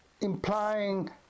implying